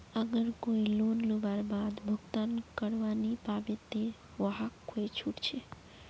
अगर कोई लोन लुबार बाद भुगतान करवा नी पाबे ते वहाक कोई छुट छे?